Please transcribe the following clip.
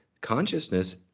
Consciousness